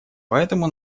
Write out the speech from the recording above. поэтому